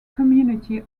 community